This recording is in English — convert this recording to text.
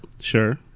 Sure